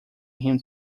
him